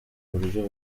buryo